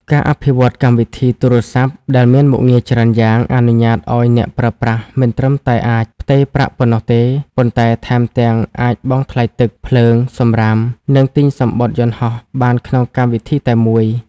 ការអភិវឌ្ឍកម្មវិធីទូរស័ព្ទដែលមានមុខងារច្រើនយ៉ាង អនុញ្ញាតឱ្យអ្នកប្រើប្រាស់មិនត្រឹមតែអាចផ្ទេរប្រាក់ប៉ុណ្ណោះទេ ប៉ុន្តែថែមទាំងអាចបង់ថ្លៃទឹក ភ្លើង សំរាម និងទិញសំបុត្រយន្តហោះបានក្នុងកម្មវិធីតែមួយ។